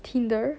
tinder